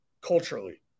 culturally